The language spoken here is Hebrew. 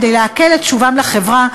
כדי להקל את שובם לחברה,